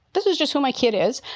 this is just who my kid is.